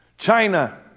China